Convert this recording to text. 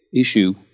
Issue